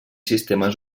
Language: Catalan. sistemes